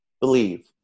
believe